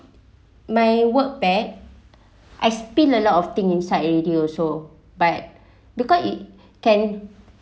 my work bag I spin a lot thing inside already also but because it can